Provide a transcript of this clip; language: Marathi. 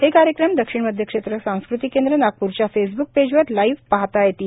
हे कार्यक्रम दक्षिण मध्य क्षेत्र सांस्कृतिक केंद्र नागप्र च्या फेस ब्रुक पेज वर लाईव्ह पाहाता येईल